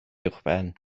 uwchben